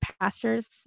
pastors